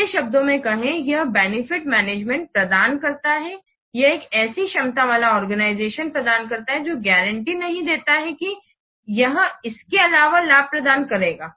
सीधे शब्दों में कहें यह बेनिफिट मैनेजमेंट प्रदान करता है यह एक ऐसी क्षमता वाला आर्गेनाइजेशन प्रदान करता है जो गारंटी नहीं देता है कि यह इसके अलावा लाभ प्रदान करेगा